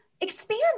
expand